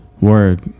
word